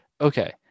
Okay